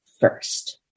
first